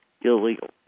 illegal